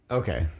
okay